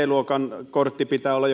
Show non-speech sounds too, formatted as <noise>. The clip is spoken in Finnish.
<unintelligible> luokan kortti pitää olla <unintelligible>